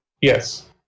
Yes